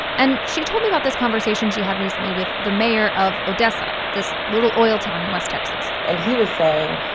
and she told me about this conversation she had recently with the mayor of odessa, this little oil town in west texas and he was saying,